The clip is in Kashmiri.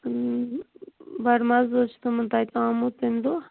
بَڑٕ مز حظ چھُ تمن تتہ آمُت تمہ دۄہ